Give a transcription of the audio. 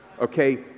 okay